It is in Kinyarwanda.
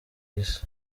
isi